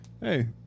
Hey